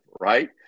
right